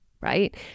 right